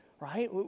right